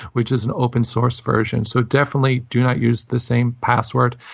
which is an open source version. so definitely do not use the same password.